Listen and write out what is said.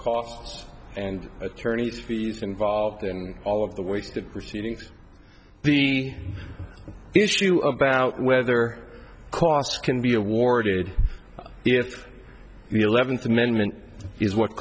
costs and attorney's fees involved and all of the wasted proceedings the issue about whether costs can be awarded if